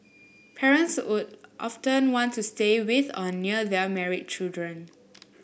parents would often want to stay with or near their married children